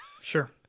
Sure